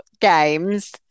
games